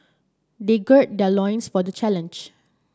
they gird their loins for the challenge